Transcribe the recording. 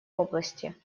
области